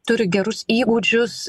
turi gerus įgūdžius